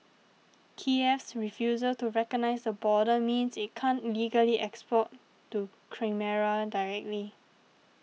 Kiev's refusal to recognise the border means it can't legally export to Crimea directly